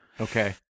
Okay